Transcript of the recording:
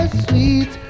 sweet